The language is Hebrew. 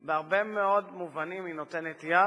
בהרבה מאוד מובנים היא נותנת יד